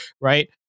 Right